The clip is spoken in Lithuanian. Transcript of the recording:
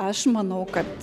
aš manau kad